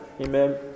Amen